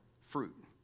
fruit